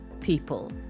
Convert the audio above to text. people